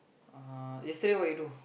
(uh huh) yesterday what you do